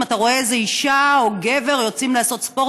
אם אתה רואה איזה אישה או גבר יוצאים לעשות ספורט,